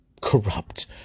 corrupt